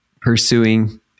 pursuing